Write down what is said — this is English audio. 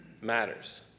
matters